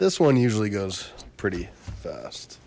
this one usually goes pretty fast